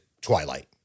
Twilight